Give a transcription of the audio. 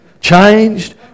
Changed